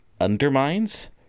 undermines